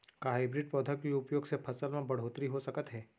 का हाइब्रिड पौधा के उपयोग से फसल म बढ़होत्तरी हो सकत हे?